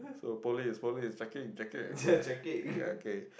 so police police checking checking ya okay